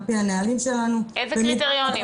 על פי הנהלים שלנו --- איזה קריטריונים?